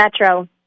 Metro